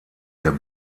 der